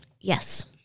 Yes